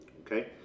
okay